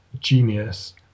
genius